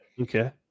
Okay